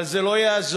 אבל זה לא יעזור,